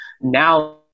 now